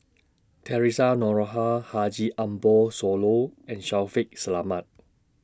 Theresa Noronha Haji Ambo Sooloh and Shaffiq Selamat